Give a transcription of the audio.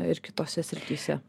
ir kitose srityse